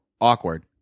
awkward